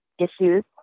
issues